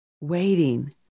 waiting